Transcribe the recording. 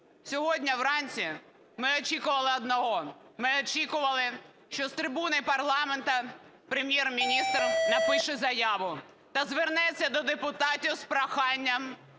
сьогодні вранці ми очікували одного: ми очікували, що з трибуни парламенту Прем'єр-міністр напише заяву та звернеться до депутатів з проханням